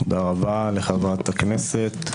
תודה רבה לחברת הכנסת.